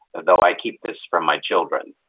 though. i keep this from my children.